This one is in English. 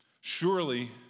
Surely